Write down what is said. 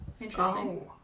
Interesting